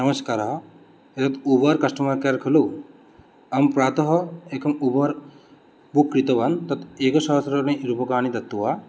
नमस्कारः एतद् Uber customer care खलु अहं प्रातः एकम् उबर् बुक् कृतवान् तत् एकसहस्त्राणि रूप्यकाणि दत्वा